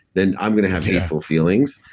then i'm going to have painful feelings,